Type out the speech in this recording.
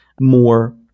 more